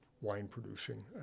wine-producing